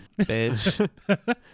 bitch